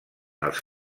els